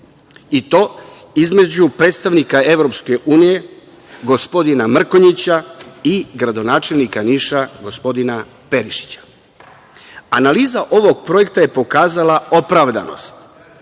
i to između predstavnika EU, gospodina Mrkonjića i gradonačelnika Niša gospodina Perišića. Analiza ovog projekta je pokazala opravdanost